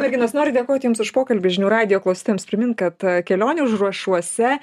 merginos noriu dėkoti jums už pokalbį žinių radijo klausytojams primint kad kelionių užrašuose